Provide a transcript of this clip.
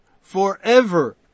forever